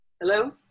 Hello